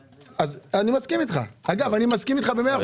אגב, אני מסכים אתך במאה אחוז.